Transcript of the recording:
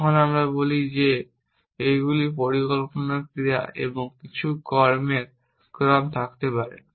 তখন আমরা বলি যে এইগুলি পরিকল্পনার ক্রিয়া এবং কিছু কর্মের নির্দিষ্ট ক্রম থাকতে পারে